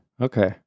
Okay